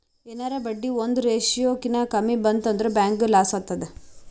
ಎನಾರೇ ಬಡ್ಡಿ ಒಂದ್ ರೇಶಿಯೋ ಕಿನಾ ಕಮ್ಮಿ ಬಂತ್ ಅಂದುರ್ ಬ್ಯಾಂಕ್ಗ ಲಾಸ್ ಆತ್ತುದ್